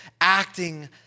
acting